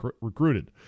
recruited